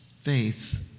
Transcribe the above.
faith